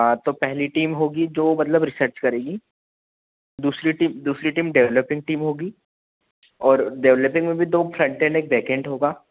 तो पहली टीम होगी जो मतलब रिसर्च करेगी दूसरी टीम दूसरी टीम डेवेलपिंग टीम होगी और डेवेलपिंग में भी दो फ्रंटेन्ड और एक बैकेंड होगा